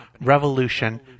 Revolution